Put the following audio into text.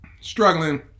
struggling